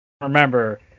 remember